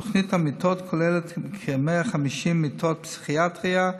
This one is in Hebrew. תוכנית המיטות כוללת כ-150 מיטות פסיכיאטריה,